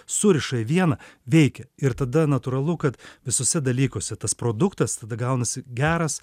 suriša į vieną veikia ir tada natūralu kad visuose dalykuose tas produktas tada gaunasi geras